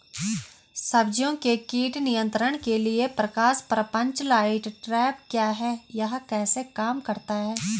सब्जियों के कीट नियंत्रण के लिए प्रकाश प्रपंच लाइट ट्रैप क्या है यह कैसे काम करता है?